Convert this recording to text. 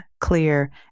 clear